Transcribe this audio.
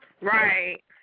Right